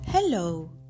Hello